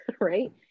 right